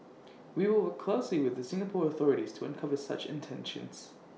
we will work closely with the Singapore authorities to uncover such intentions